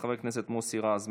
חבר הכנסת מוסי רז,